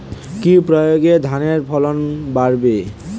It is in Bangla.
কি প্রয়গে ধানের ফলন বাড়বে?